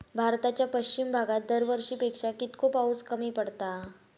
भारताच्या पश्चिम भागात दरवर्षी पेक्षा कीतको पाऊस कमी पडता?